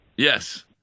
Yes